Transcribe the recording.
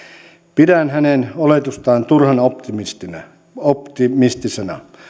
pidän hänen oletustaan turhan optimistisena optimistisena